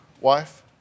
wife